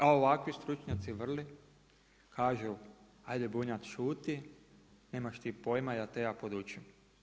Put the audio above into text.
A ovakvi stručnjaci, vrli, kažu ajde Bunjac šuti, nemaš ti pojma, da te ja podučim.